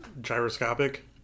Gyroscopic